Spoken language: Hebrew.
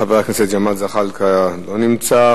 חבר הכנסת ג'מאל זחאלקה, לא נמצא.